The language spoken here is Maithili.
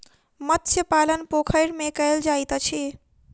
मत्स्य पालन पोखैर में कायल जाइत अछि